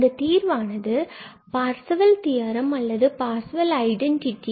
இந்த தீர்வானது Parseval theorem அல்லது பார்சவெல் ஐடென்டிட்டி